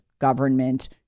government